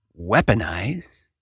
weaponize